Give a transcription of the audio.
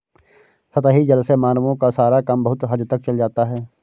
सतही जल से मानवों का सारा काम बहुत हद तक चल जाता है